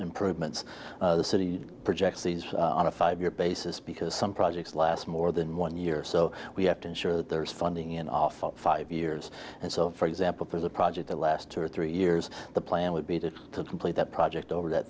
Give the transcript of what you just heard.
improvements the city projects these on a five year basis because some projects last more than one year so we have to ensure that there's funding in five years and so for example there's a project the last two or three years the plan would be to complete that project over that